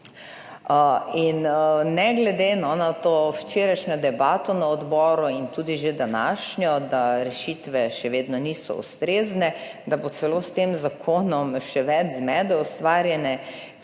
In ne glede na to včerajšnjo debato na odboru in tudi že današnjo, da rešitve še vedno niso ustrezne, da bo celo s tem zakonom še več zmede ustvarjene,